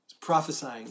prophesying